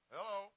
Hello